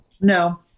No